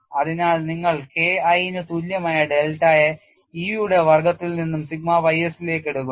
അതിനാൽ നിങ്ങൾ K I ന് തുല്യമായ ഡെൽറ്റയെ E യുടെ വർഗ്ഗത്തിൽ നിന്ന് സിഗ്മ ys ലേക്ക് എടുക്കുന്നു